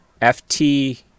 F-T